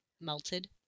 melted